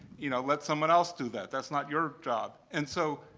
you know, let someone else do that. that's not your job. and so,